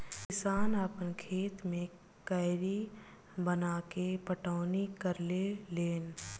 किसान आपना खेत मे कियारी बनाके पटौनी करेले लेन